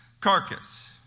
carcass